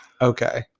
Okay